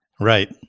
Right